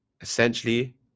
Essentially